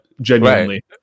Genuinely